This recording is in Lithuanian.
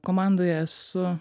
komandoje esu